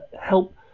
help